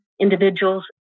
individuals